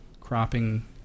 cropping